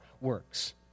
works